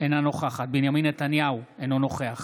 אינה נוכחת בנימין נתניהו, אינו נוכח